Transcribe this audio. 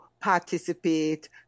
participate